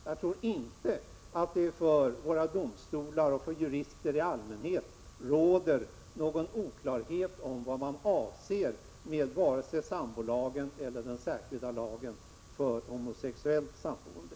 Jag tror inte att det bland våra domstolar och våra jurister i allmänhet råder någon oklarhet om vad man avser vare sig med sambolagen eller med den särskilda lagen för homosexuella samboende.